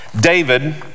David